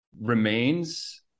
remains